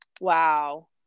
Wow